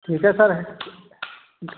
ठीक है सर